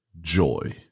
Joy